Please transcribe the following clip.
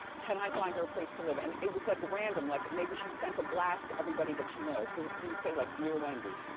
can i find her a place to live? and it was like random. like maybe she sent a blast to everybody that she knows. cause it didn't say like, dear wendy.